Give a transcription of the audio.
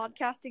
podcasting